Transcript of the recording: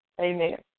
Amen